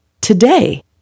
Today